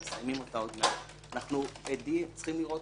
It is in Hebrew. מבחינתו, שבג"ץ יחליט מחר.